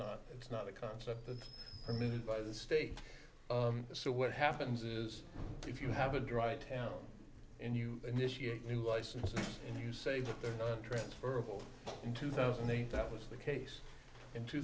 not it's not a concept of permitted by the state so what happens is if you have a dry town and you initiate a new license and you say that they're not transferable in two thousand and eight that was the case in two